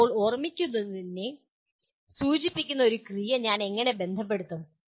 ഇപ്പോൾ ഓർമ്മിക്കുന്നതിനെ സൂചിപ്പിക്കുന്ന ഒരു ക്രിയയെ ഞാൻ എങ്ങനെ ബന്ധപ്പെടുത്തും